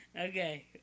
Okay